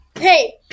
Hey